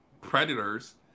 predators